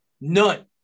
None